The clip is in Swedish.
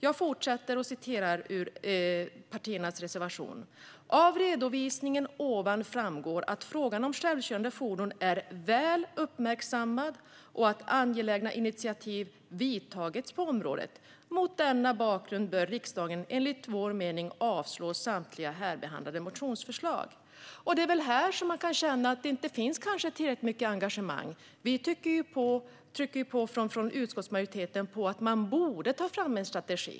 Vidare skriver partierna i sin reservation: "Av redovisningen ovan framgår att frågan om självkörande fordon är väl uppmärksammad och att angelägna initiativ vidtagits på området. Mot denna bakgrund bör riksdagen enligt vår mening avslå samtliga här behandlade motionsförslag." Det är här som man kan känna att det inte finns tillräckligt mycket engagemang. Vi från utskottsmajoriteten trycker på att man borde ta fram en strategi.